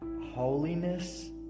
holiness